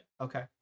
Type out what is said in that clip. Okay